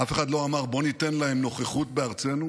אף אחד לא אמר: בואו ניתן להם נוכחות בארצנו.